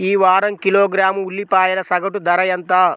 ఈ వారం కిలోగ్రాము ఉల్లిపాయల సగటు ధర ఎంత?